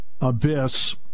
abyss